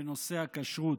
בנושא הכשרות.